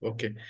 Okay